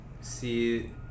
see